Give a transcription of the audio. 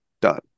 Done